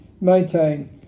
maintain